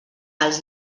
els